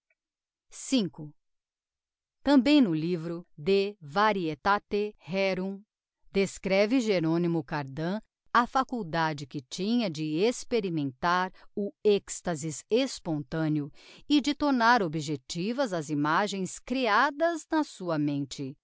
v tambem no livro de varietate rerum descreve jeronymo cardan a faculdade que tinha de experimentar o extasis espontaneo e de tornar objectivas as imagens creadas na sua mente